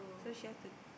so she have to